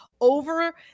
over